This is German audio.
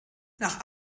nach